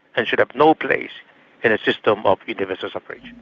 and should have no place in a system of universal suffrage,